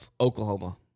Oklahoma